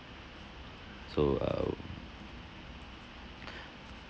so um